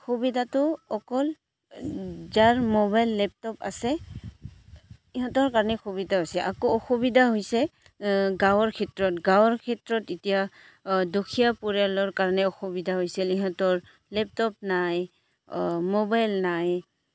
সুবিধাটো অকল যাৰ মোবাইল লেপটপ আছে ইহঁতৰ কাৰণে সুবিধা হৈছে আকৌ অসুবিধা হৈছে গাঁৱৰ ক্ষেত্ৰত গাঁৱৰ ক্ষেত্ৰত এতিয়া দুখীয়া পৰিয়ালৰ কাৰণে অসুবিধা হৈছিল ইহঁতৰ লেপটপ নাই মোবাইল নাই